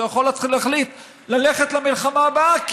הוא יכול להתחיל להחליט על המלחמה הבאה כי